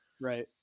right